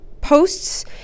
posts